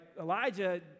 Elijah